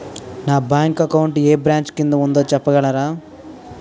నా bank account ఏ branch కిందా ఉందో చెప్పగలరా?